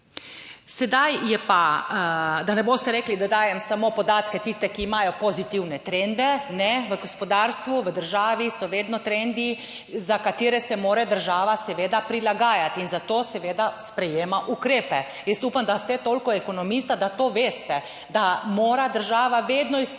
Sedaj je pa, da ne boste rekli, da dajem samo podatke, tiste ki imajo pozitivne trende, ne, v gospodarstvu, v državi so vedno trendi za katere se mora država seveda prilagajati in zato seveda sprejema ukrepe. Jaz upam, da ste toliko ekonomista, da to veste, da mora država vedno iskati